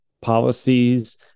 policies